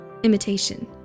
Imitation